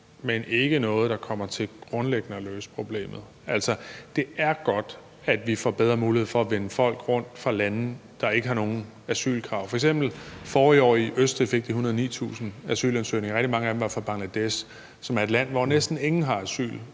men ikke noget, der kommer til grundlæggende at løse problemet. Det er godt, at vi får bedre mulighed for at vende folk fra lande, der ikke har nogen asylkrav, rundt. F.eks. fik de forrige år i Østrig 109.000 asylansøgninger. Rigtig mange af dem var fra Bangladesh, som er et land, hvor næsten ingen har asylkrav.